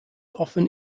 often